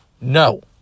no